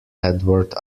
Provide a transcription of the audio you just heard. edward